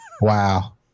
wow